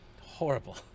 horrible